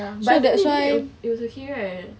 but I think it was okay right